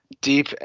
deep